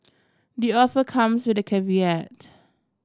the offer comes with a caveat